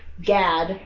Gad